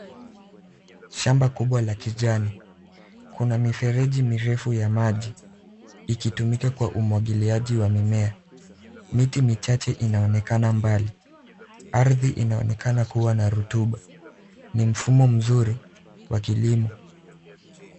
Shamba kubwa la kijani. Kuna mifereji mirefu ya maji ikitumika kwa umwagiliaji wa mimea. Miti michache inaonekana mbali. Ardhi inaonekana kuwa na rotuba, ni mfumo mzuri wa kilimo.